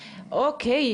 אוקי,